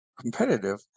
Competitive